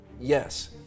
Yes